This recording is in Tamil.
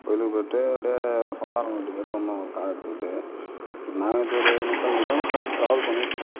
கோயிலுக்கு போய்ட்டு அப்படியே சொந்தக்காரவங்க வீட்டுக்கு போய்ட்டு வந்தோம் கார் எடுத்துக்கிட்டு நான் நேற்று ஒரு நூற்றைம்பது கிலோமீட்டர் வரைக்கும் ட்ராவல் பண்ணியிருப்போம்